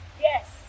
Yes